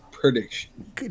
Prediction